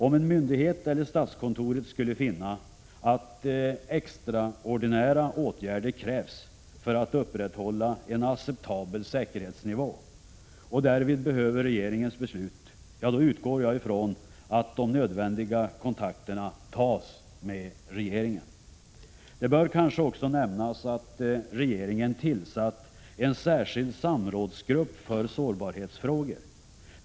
Om en myndighet eller statskontoret skulle finna att extraordinära åtgärder krävs för att upprätthålla en acceptabel säkerhetsnivå — och därvid behöver regeringens beslut — utgår jag ifrån att de nödvändiga kontakterna tas med regeringen. Det bör kanske också nämnas att regeringen tillsatt en särskild samrådsgrupp för sårbarhetsfrågor.